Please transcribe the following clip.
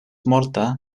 morta